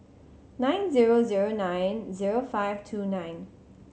nine zero zero nine zero five two nine